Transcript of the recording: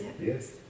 yes